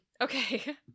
Okay